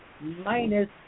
minus